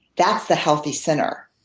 that's the healthy center,